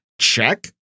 check